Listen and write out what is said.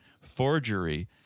forgery